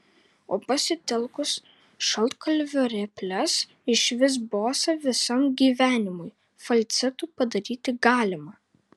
o pasitelkus šaltkalvio reples išvis bosą visam gyvenimui falcetu padaryti galima